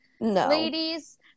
ladies